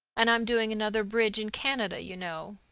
and i'm doing another bridge in canada, you know.